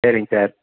சரிங் சார்